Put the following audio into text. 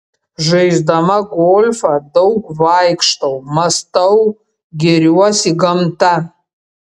žaisdama golfą daug vaikštau mąstau gėriuosi gamta